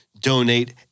donate